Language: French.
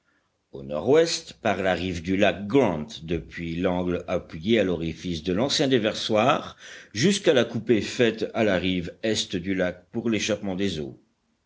au nord-ouest par la rive du lac grant depuis l'angle appuyé à l'orifice de l'ancien déversoir jusqu'à la coupée faite à la rive est du lac pour l'échappement des eaux